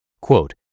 Quote